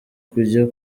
kujya